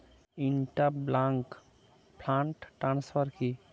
Inter bank fund transfer কি?